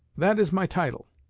that is my title,